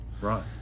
Right